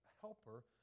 helper